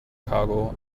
cargo